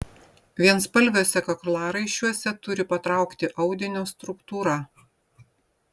vienspalviuose kaklaraiščiuose turi patraukti audinio struktūra